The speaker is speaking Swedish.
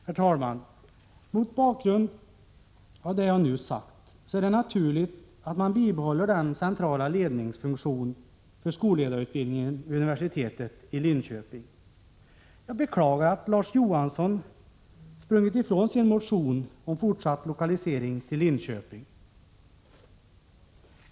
Herr talman! Mot bakgrund av det som jag nu har sagt är det naturligt att man bibehåller den centrala ledningsfunktionen för skolledarutbildningen vid universitetet i Linköping. Jag beklagar att Larz Johansson har sprungit ifrån sin motion om fortsatt lokalisering till Linköping.